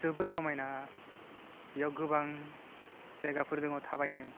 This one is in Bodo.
जोबोर समायना एयाव गोबां जायगाफोर दङ थाबायनो